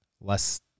Less